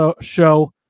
show